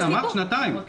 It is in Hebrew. אמרת שנתיים.